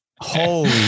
Holy